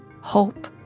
hope